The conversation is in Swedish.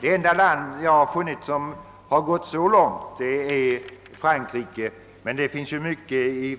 Det enda land som enligt vad jag funnit har gått så långt är Frankrike, men det finns ju mycket i